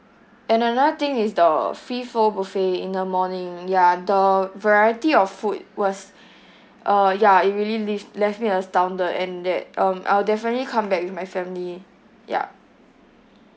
and another thing is the free flow buffet in the morning ya the variety of food was uh ya it really leave left me astounded and that um I'll definitely come back with my family ya